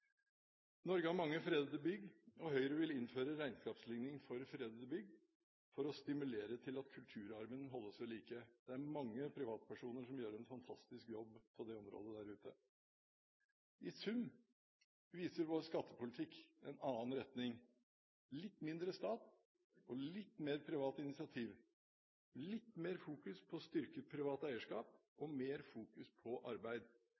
Norge har mange fredede bygg, og Høyre vil innføre regnskapsligning for fredede bygg for å stimulere til at kulturarven holdes ved like. Det er mange privatpersoner som gjør en fantastisk jobb på dette området. I sum viser vår skattepolitikk en annen retning: Litt mindre stat og litt mer privat initiativ – litt mer fokus på styrket privat eierskap og mer fokus på arbeid.